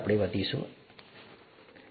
અમે તેમની પાસેથી માહિતી લઈશું